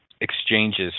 exchanges